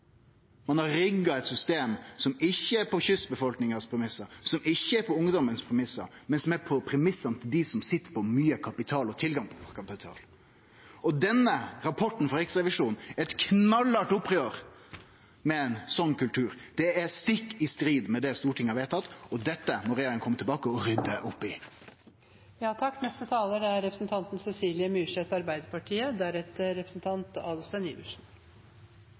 Ein har rigga eit system som ikkje er på premissa til kystbefolkninga eller ungdomen, men som er på premissa til dei som sit på mykje kapital og har tilgang til kapital. Denne rapporten frå Riksrevisjonen er eit knallhardt oppgjer med ein slik kultur. Det er stikk i strid med det som Stortinget har vedtatt, og dette må regjeringa kome tilbake og rydde opp